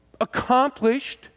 accomplished